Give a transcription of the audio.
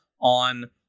on